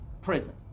Prison